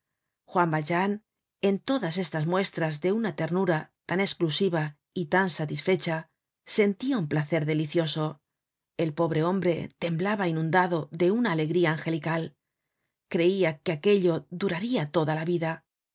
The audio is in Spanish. juan valjean en todas estas muestras de una ternura tan esclusiva y tan satisfecha sentia un placer delicioso el pobre hombre temblaba inundado de una alegría angelical creia que aquello duraria toda la vida